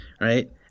right